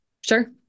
Sure